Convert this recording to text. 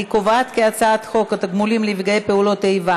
אני קובעת כי הצעת חוק התגמולים לנפגעי פעולות איבה